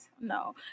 no